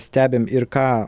stebim ir ką